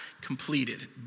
completed